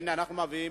הנה אנחנו מביאים,